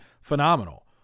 phenomenal